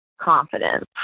confidence